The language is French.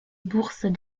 bourses